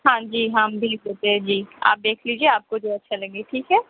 ہاں جی ہاں بیس روپے جی آپ دیکھ لیجیے آپ کو جو اچھا لگے ٹھیک ہے